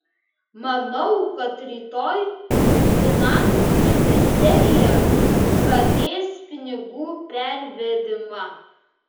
manau kad rytoj finansų ministerija pradės pinigų pervedimą